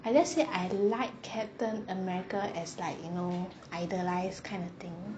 I just say I like captain america as like you know idolised kind of thing